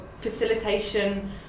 facilitation